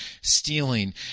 stealing